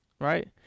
right